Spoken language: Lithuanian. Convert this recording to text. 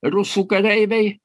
rusų kareiviai